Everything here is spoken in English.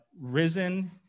risen